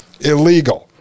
illegal